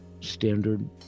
Standard